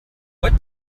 what